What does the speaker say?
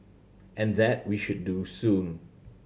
and that we should do soon